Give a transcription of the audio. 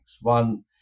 One